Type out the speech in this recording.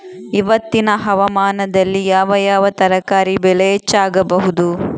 ಇವತ್ತಿನ ಹವಾಮಾನದಲ್ಲಿ ಯಾವ ಯಾವ ತರಕಾರಿ ಬೆಳೆ ಹೆಚ್ಚಾಗಬಹುದು?